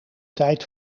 tijd